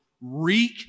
reek